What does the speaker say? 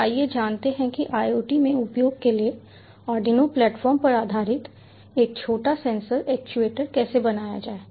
तो आइए जानते हैं कि IoT में उपयोग के लिए आर्डिनो प्लेटफॉर्म पर आधारित एक छोटा सेंसर एक्चुएटर कैसे बनाया जाए